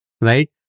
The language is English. right